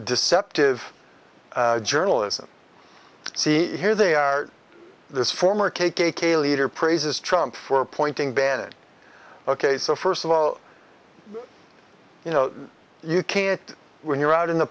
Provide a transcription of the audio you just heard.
deceptive journalism see here they are this former k k k leader praises trump for appointing bennett ok so first of all you know you can't when you're out in the